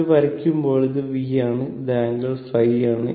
ഇത് വരയ്ക്കുമ്പോൾ ഇത് V ആണ് ഈ ആംഗിൾ ϕ ആണ്